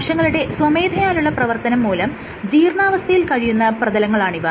കോശങ്ങളുടെ സ്വമേധയാലുള്ള പ്രവർത്തനം മൂലം ജീർണ്ണാവസ്ഥയിൽ കഴിയുന്ന പ്രതലങ്ങളാണിവ